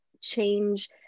change